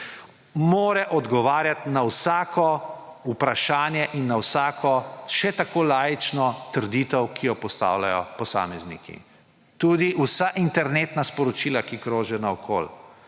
− odgovarjati na vsako vprašanje in na vsako še tako laično trditev, ki jo postavljajo posamezniki. Tudi vsa internetna sporočila, ki krožijo naokoli.